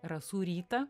rasų rytą